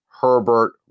Herbert